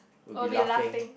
will be laughing